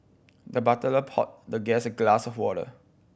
the butler poured the guest a glass of water